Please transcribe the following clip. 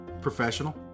Professional